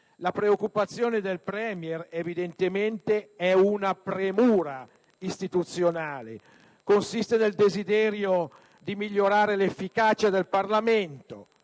La preoccupazione del *premier*,evidentemente, è una premura istituzionale che consiste nel desiderio di migliorare l'efficacia del Parlamento.